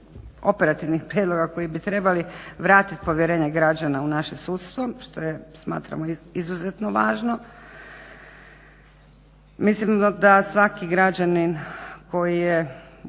operativnih prijedloga koji bi trebali vratit povjerenje građana u naše sudstvo što smatramo izuzetno važno. Mislim da svaki građanin koji je